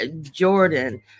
Jordan